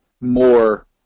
more –